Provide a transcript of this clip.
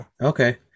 Okay